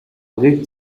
தவிர